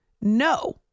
No